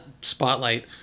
Spotlight